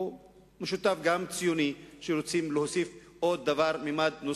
המשותף הוא גם הציוני שרוצים להוסיף עוד ממד,